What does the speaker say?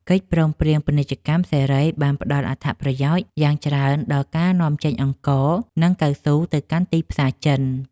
កិច្ចព្រមព្រៀងពាណិជ្ជកម្មសេរីបានផ្តល់អត្ថប្រយោជន៍យ៉ាងច្រើនដល់ការនាំចេញអង្ករ និងកៅស៊ូទៅកាន់ទីផ្សារចិន។